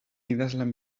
idazlan